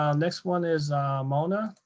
um next one is mona.